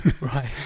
right